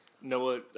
Noah